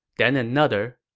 then another,